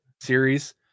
series